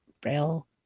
braille